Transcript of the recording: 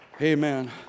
Amen